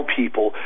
people